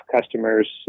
customers